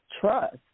trust